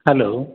hello